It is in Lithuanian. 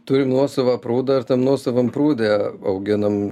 turim nuosavą prūdą ir tam nuosavam prūde auginam